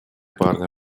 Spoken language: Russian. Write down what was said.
парня